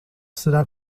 será